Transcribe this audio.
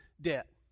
debt